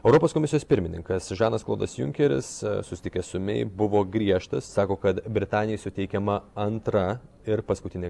europos komisijos pirmininkas žanas klodas junkeris susitikęs su mei buvo griežtas sako kad britanijai suteikiama antra ir paskutinė